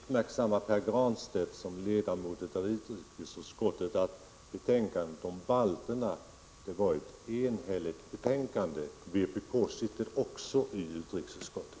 Herr talman! Med anledning av det sista Pär Granstedt sade i sitt anförande vill jag påminna Pär Granstedt som ledamot av utrikesutskottet om att betänkandet om balterna var enhälligt. Vpk är också representerat i utrikesutskottet.